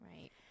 Right